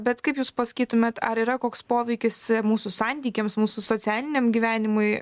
bet kaip jūs pasakytumėt ar yra koks poveikis mūsų santykiams mūsų socialiniam gyvenimui